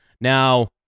Now